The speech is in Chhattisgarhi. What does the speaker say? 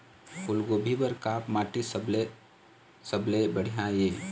फूलगोभी बर का माटी सबले सबले बढ़िया ये?